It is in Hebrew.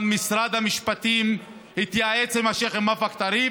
גם משרד המשפטים התייעץ עם השייח' מואפק טריף,